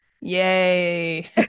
Yay